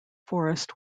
forest